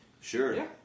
Sure